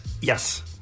Yes